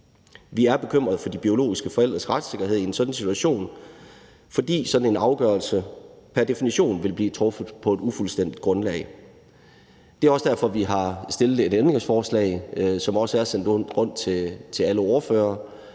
Vi er bekymrede for de biologiske forældres retssikkerhed i en sådan situation, fordi en sådan afgørelse pr. definition vil blive truffet på et ufuldstændigt grundlag. Det er også derfor, vi har stillet et ændringsforslag, som også er sendt rundt til alle ordførere,